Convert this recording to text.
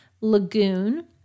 Lagoon